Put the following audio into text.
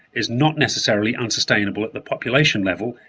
is not necessarily unsustainable at the population level,